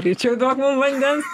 greičiau duok mum vandens